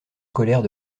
scolaires